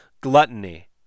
gluttony